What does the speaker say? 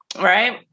right